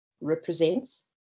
represents